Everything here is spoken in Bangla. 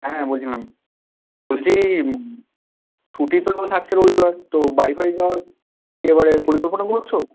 হ্যাঁ বলছিলাম বলছি ছুটি তো থাকছে রবিবার তো বাড়ি ফারি যাওয়ার এবারে পরিকল্পনা করছ